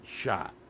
shot